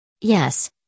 Yes